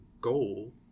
goal